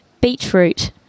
beetroot